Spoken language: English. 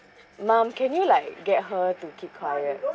mom can you like get her to keep quiet